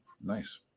nice